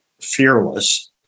fearless